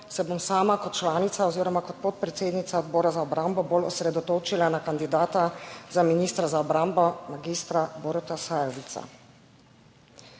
se bom sama kot članica oziroma kot podpredsednica Odbora za obrambo bolj osredotočila na kandidata za ministra za obrambo, mag. Boruta Sajovica.